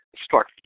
start